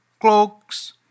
cloaks